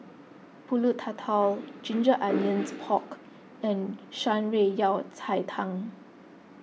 Pulut Tatal Ginger Onions Pork and Shan Rui Yao Cai Tang